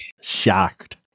Shocked